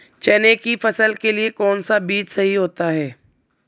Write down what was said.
चने की फसल के लिए कौनसा बीज सही होता है?